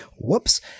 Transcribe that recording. Whoops